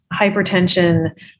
hypertension